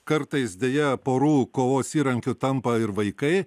kartais deja porų kovos įrankiu tampa ir vaikai